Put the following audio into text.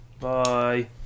Bye